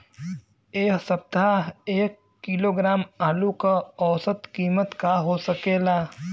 एह सप्ताह एक किलोग्राम आलू क औसत कीमत का हो सकेला?